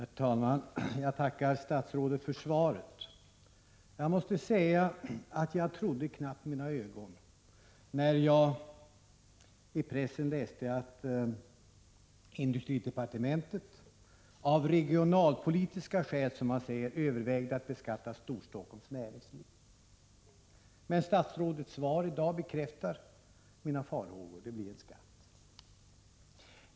Herr talman! Jag tackar statsrådet för svaret. Jag måste säga att jag knappt trodde mina ögon när jag i pressen läste att industridepartementet av regionalpolitiska skäl, som man säger, överväger att beskatta Storstockholms näringsliv. Men statsrådets svar i dag bekräftar mina farhågor. Det blir en skatt.